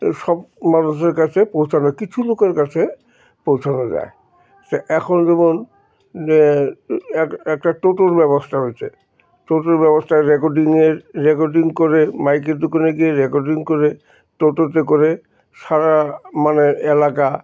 সব মানুষের কাছে পৌঁছানো কিছু লোকের কাছে পৌঁছানো যায় তো এখন যেমন এক একটা টোটোর ব্যবস্থা হয়েছে টোটোর ব্যবস্থা রেকর্ডিংয়ের রেকর্ডিং করে মাইকের দোকানে গিয়ে রেকর্ডিং করে টোটোতে করে সারা মানে এলাকা